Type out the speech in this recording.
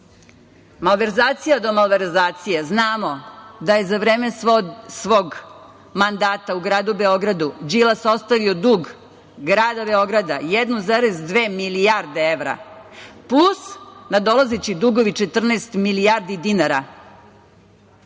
decu. Malverzacija do malverzacije. Znamo da je za vreme svog mandata u gradu Beogradu Đilas ostavio dug grada Beograda 1,2 milijarde evra, plus nadolazeći dugovi 14 milijardi dinara.